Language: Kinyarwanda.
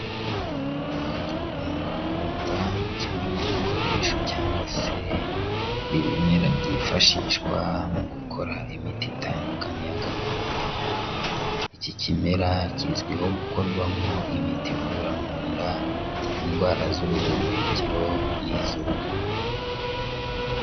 Umuravumba ni kimwe mu bikoresho cyangwa se ibimera byifashishwa mu gukora imiti itandukanye ya gakondo. Iki kimera kizwiho gukorwamo imiti ivura mu nda, indwara z'ubuhumekero, n'iz'uruhu.